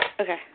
Okay